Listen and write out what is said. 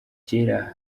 kera